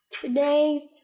Today